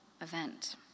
event